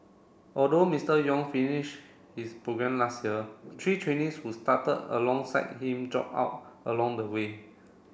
although Mister Yong finish his programme last year three trainees who started alongside him drop out along the way